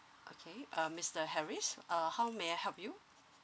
okay uh mister harris uh how may I help you